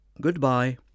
Goodbye